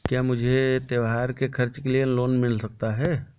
क्या मुझे त्योहार के खर्च के लिए लोन मिल सकता है?